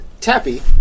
Tappy